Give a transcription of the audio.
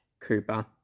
Cooper